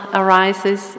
arises